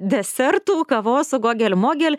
desertų kavos su gogel mogel